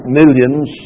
millions